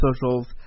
socials